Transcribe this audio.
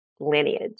lineage